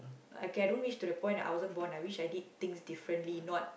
okay I don't wish to the point I wasn't born I wish I did things differently not